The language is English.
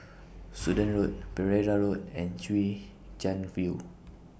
Sudan Road Pereira Road and Chwee Chian View